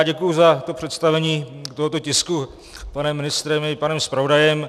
Děkuji za to představení tohoto tisku panem ministrem i panem zpravodajem.